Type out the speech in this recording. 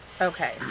Okay